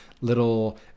little